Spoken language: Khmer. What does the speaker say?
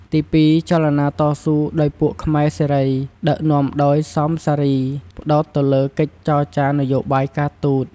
ទី២ ចលនាតស៊ូ ដោយពួកខ្មែរសេរី ដឹកនាំដោយ សមសារី ផ្ដោតទៅលើកិច្ចចរចារនយោបាយការទូត ។